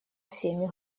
всеми